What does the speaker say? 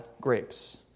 grapes